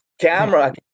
camera